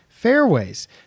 fairways